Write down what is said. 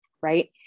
right